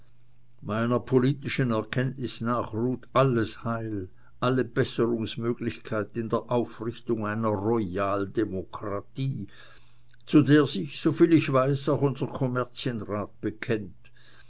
meiner politischen erkenntnis nach ruht alles heil alle besserungsmöglichkeit in der aufrichtung einer royaldemokratie zu der sich soviel ich weiß auch unser kommerzienrat bekennt